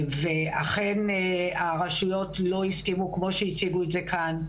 ואכן הרשויות לא הסכימו, כמו שהציגו כאן,